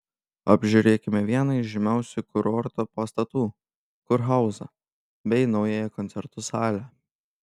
apžiūrėkime vieną iš žymiausių kurorto pastatų kurhauzą bei naująją koncertų salę